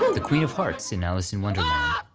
the queen of hearts in alice in wonderland, ah